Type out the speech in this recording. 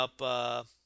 up